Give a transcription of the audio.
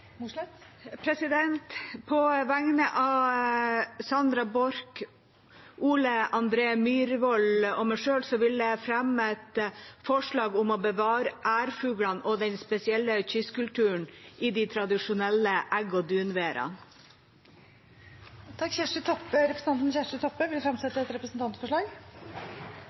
På vegne av Sandra Borch, Ole André Myhrvold og meg selv vil jeg fremme et forslag om å bevare ærfuglene og den spesielle kystkulturen i de tradisjonelle egg- og dunværene. Representanten Kjersti Toppe vil fremsette et representantforslag.